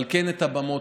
אבל כן את הבמות.